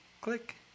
click